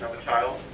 child.